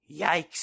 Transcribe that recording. Yikes